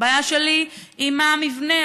הבעיה שלי היא עם המבנה.